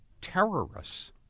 terrorists